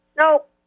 nope